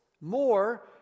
more